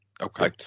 Okay